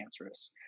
cancerous